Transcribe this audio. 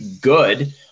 good